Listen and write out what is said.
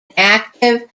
active